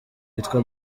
yitwa